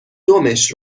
دمش